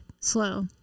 slow